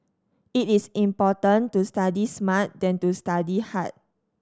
it is important to study smart than to study hard